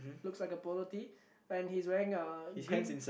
looks like a polo tee and he's wearing a green